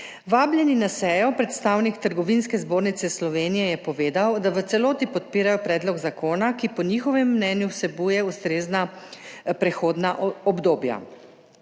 Vabljeni na sejo, predstavnik Trgovinske zbornice Slovenije, je povedal, da v celoti podpirajo predlog zakona, ki po njihovem mnenju vsebuje ustrezna prehodna obdobja.